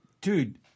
Dude